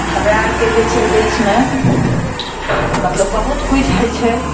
हमरा आरके जे छै देशमे मतलब बहुत किछु होइत छै